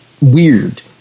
weird